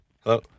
Hello